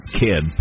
kid